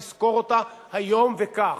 ולסגור אותה היום וכך.